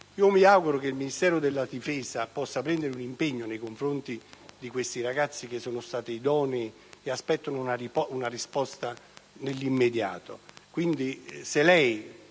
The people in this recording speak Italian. mi auguro che il Ministero della difesa possa assumere un impegno nei confronti dei ragazzi che sono stati dichiarati idonei e attendono una risposta nell'immediato.